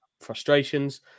Frustrations